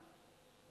כולם יודעים,